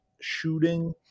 shooting